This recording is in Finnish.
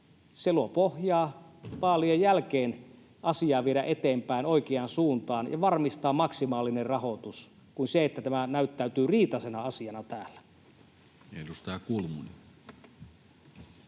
Se luo pohjaa vaalien jälkeen asiaa viedä eteenpäin oikeaan suuntaan ja varmistaa maksimaalinen rahoitus verrattuna siihen, että tämä näyttäytyy riitaisena asiana täällä. Ja edustaja Kulmuni.